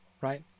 right